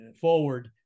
forward